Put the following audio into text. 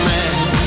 Man